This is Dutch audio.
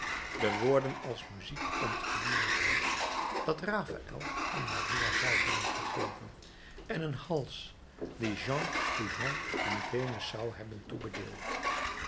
de woorden als muziek ontgloeien een hoofd dat raphaël aan maria zou hebben gegeven en een hals dien jean goujon aan venus zou hebben toebedeeld